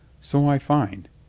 so i find,